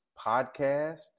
podcast